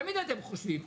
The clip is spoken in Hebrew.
תמיד אתם חושבים,